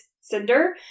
Cinder